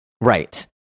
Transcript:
Right